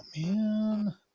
man